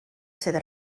sydd